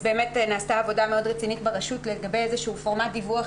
באמת נעשתה עבודה מאוד רצינית ברשות לגבי איזשהו פורמט דיווח